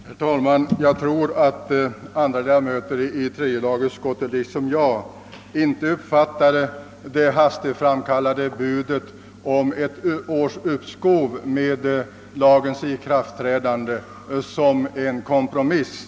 Herr talman! Jag tror att andra ledamöter av tredje lagutskottet i likhet med mig inte uppfattade det hastigt framkastade budet om ett års uppskov med lagens ikraftträdande som en kompromiss.